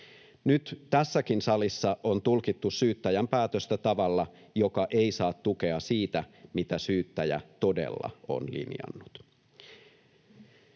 Nyt tässäkin salissa on tulkittu syyttäjän päätöstä tavalla, joka ei saa tukea siitä, mitä syyttäjä todella on linjannut.